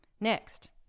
Next